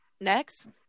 next